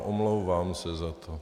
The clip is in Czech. Omlouvám se za to.